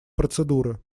процедуры